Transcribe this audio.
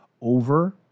over